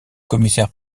commissaire